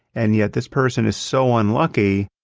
and yet this person is so unlucky,